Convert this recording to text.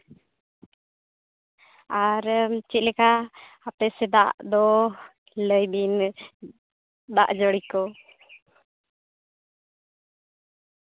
ᱟᱨ ᱪᱮᱫᱞᱮᱠᱟ ᱟᱯᱮ ᱥᱮᱫᱟᱜ ᱫᱚ ᱞᱟᱹᱭ ᱵᱤᱱ ᱫᱟᱜ ᱡᱟᱹᱲᱤ ᱠᱚ